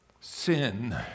Sin